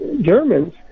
Germans